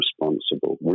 responsible